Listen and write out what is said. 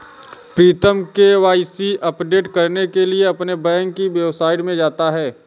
प्रीतम KYC update करने के लिए अपने बैंक की वेबसाइट में जाता है